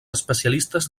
especialistes